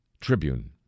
Tribune